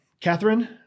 Catherine